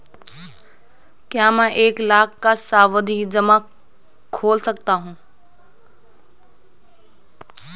क्या मैं एक लाख का सावधि जमा खोल सकता हूँ?